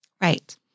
Right